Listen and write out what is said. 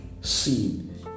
seen